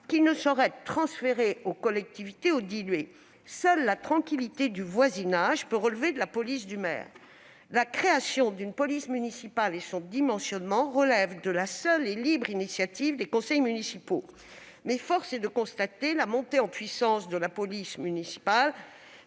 lequel ne saurait la transférer aux collectivités ou la diluer. Seule la tranquillité du voisinage peut relever de la police du maire. La création d'une police municipale et son dimensionnement relèvent de la seule et libre initiative des conseils municipaux, mais force est de constater la montée en puissance de la police municipale,